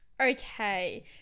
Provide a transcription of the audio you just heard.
okay